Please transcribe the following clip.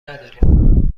نداریم